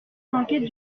l’enquête